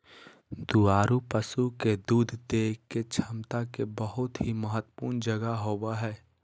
दुधारू पशु के दूध देय के क्षमता के बहुत ही महत्वपूर्ण जगह होबय हइ